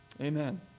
Amen